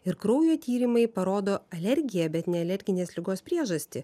ir kraujo tyrimai parodo alergiją bet ne alerginės ligos priežastį